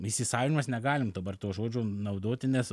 įsisavinimas negalim dabar to žodžio naudoti nes